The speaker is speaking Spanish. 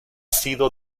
sido